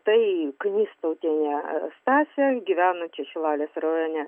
tai knystautienė stasė gyvenančią šilalės rajone